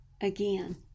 Again